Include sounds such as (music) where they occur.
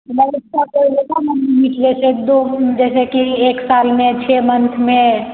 नहीं इसका कोई होगा ना (unintelligible) जैसे कि एक साल में छः मंथ में